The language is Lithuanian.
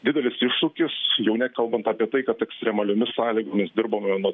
didelis iššūkis jau nekalbant apie tai kad ekstremaliomis sąlygomis dirbama nuo